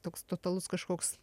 toks totalus kažkoks